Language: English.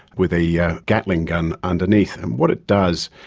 with a yeah gatling gun underneath. and what it does,